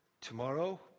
tomorrow